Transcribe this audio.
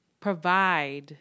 provide